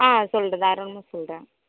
ஆ சொல்ற தாராளமாக சொல்றேன்